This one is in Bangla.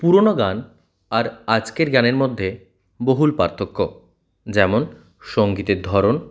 পুরোনো গান আর আজকের গানের মধ্যে বহুল পার্থক্য যেমন সঙ্গীতের ধরন